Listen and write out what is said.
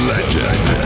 Legend